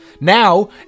Now